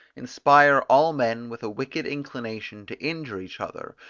inspire all men with a wicked inclination to injure each other,